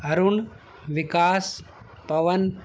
Arun Vikas Pawan